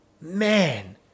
Man